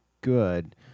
good